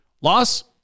Loss